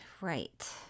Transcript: right